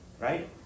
right